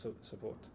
support